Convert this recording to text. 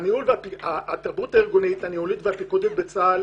התרבות האירגונית הניהולית והפיקודית בצה"ל